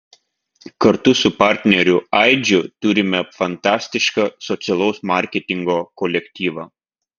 kartu su partneriu aidžiu turime fantastišką socialaus marketingo kolektyvą